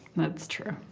that's true.